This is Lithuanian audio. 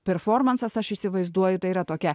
performansas aš įsivaizduoju tai yra tokia